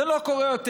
זה לא קורה יותר.